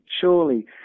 Surely